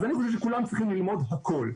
אז אני חושב שכולם צריכים ללמוד הכול.